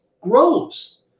grows